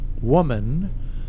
Woman